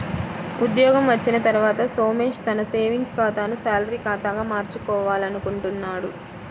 ఉద్యోగం వచ్చిన తర్వాత సోమేష్ తన సేవింగ్స్ ఖాతాను శాలరీ ఖాతాగా మార్చుకోవాలనుకుంటున్నాడు